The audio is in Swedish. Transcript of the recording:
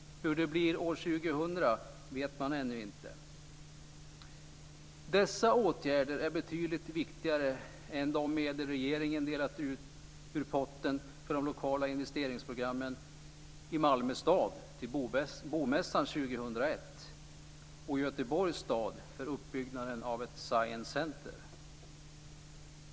Hur det blir år 2000 vet man ännu inte. Dessa åtgärder är betydligt viktigare än de medel som regeringen delat ut ur potten för de lokala investeringsprogrammen i Malmö stad till Bomässan 2001, och i Göteborgs stad för uppbyggnaden av ett Science Center.